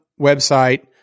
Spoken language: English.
website